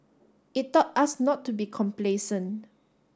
it taught us not to be complacent